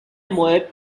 moab